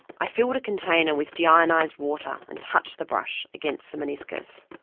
i filled a container with de-ionised water and touched the brush against themeniscus.